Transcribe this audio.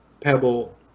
pebble